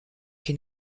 qui